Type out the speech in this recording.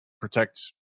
Protect